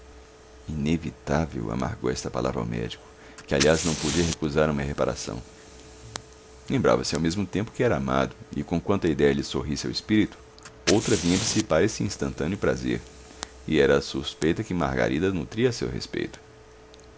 inevitável inevitável amargou esta palavra ao médico que aliás não podia recusar uma reparação lembrava-se ao mesmo tempo que era amado e conquanto a idéia lhe sorrisse ao espírito outra vinha dissipar esse instantâneo prazer e era a suspeita que margarida nutria a seu respeito